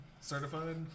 Certified